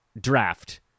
draft